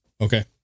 okay